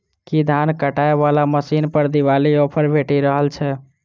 की धान काटय वला मशीन पर दिवाली ऑफर भेटि रहल छै?